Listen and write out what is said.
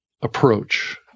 approach